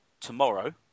tomorrow